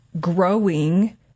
growing